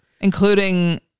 Including